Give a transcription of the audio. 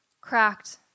cracked